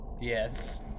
Yes